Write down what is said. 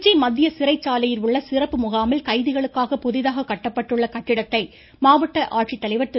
திருச்சி மத்திய சிறைச்சாலையில் உள்ள சிறப்பு முகாமில் கைதிகளுக்காக புதிதாக கட்டப்பட்டுள்ள கட்டிடத்தை மாவட்ட ஆட்சித்தலைவர் திரு